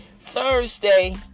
Thursday